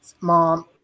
mom